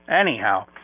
Anyhow